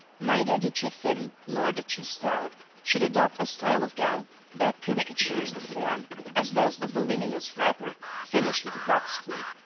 neither the too thin nor the too stout should adopt a style of gown that caricatures the form as does the voluminous wrapper, finished with a box-pleat,